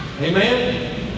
Amen